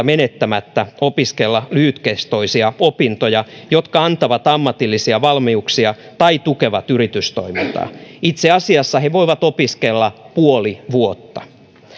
menettämättä opiskella lyhytkestoisia opintoja jotka antavat ammatillisia valmiuksia tai tukevat yritystoimintaa itse asiassa he voivat opiskella puoli vuotta